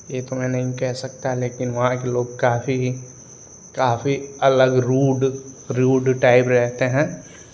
ये तो नहीं कह सकता लेकिन वहाँ के लोग काफी काफ़ी अलग रूड रूड टाइप रहते हैं